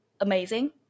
amazing